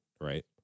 right